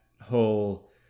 whole